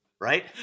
Right